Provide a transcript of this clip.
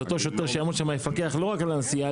אז אותו שוטר שיעמוד שם יפקח לא רק על הנסיעה,